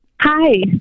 hi